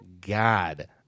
God